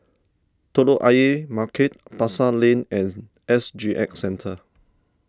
Telok Ayer Market Pasar Lane and S G X Centre